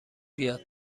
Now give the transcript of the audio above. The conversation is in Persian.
بیاد